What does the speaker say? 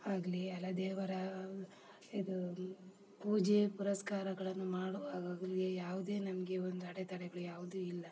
ಆಗಲಿ ಅಲ್ಲಾ ದೇವರ ಇದು ಪೂಜೆ ಪುರಸ್ಕಾರಗಳನ್ನು ಮಾಡುವಾಗಾಗಲಿ ಯಾವುದೇ ನಮಗೆ ಒಂದು ಅಡೆತಡೆಗಳು ಯಾವುದು ಇಲ್ಲ